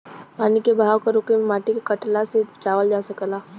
पानी के बहाव क रोके से माटी के कटला से बचावल जा सकल जाला